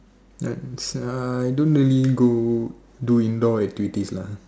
let me see uh I don't really go do indoor activities lah